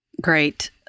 Great